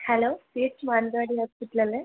hello P H Mananthavady hospital അല്ലേ